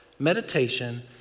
meditation